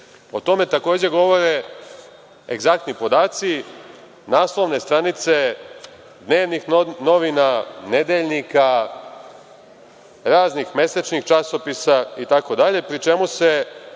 o tome takođe govore egzaktni podaci, naslovne stranice dnevnih novina, nedeljnika, raznih mesečnih časopisa itd,